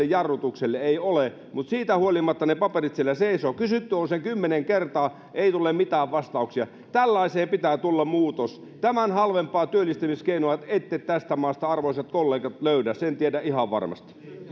jarrutukselle ei ole mutta siitä huolimatta ne paperit siellä seisovat kysytty on sen kymmenen kertaa ei tule mitään vastauksia tällaiseen pitää tulla muutos tämän halvempaa työllistämiskeinoa ette tästä maasta arvoisat kollegat löydä sen tiedän ihan varmasti